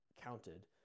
counted